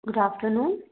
good afternoon